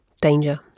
danger